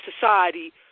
society